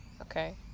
Okay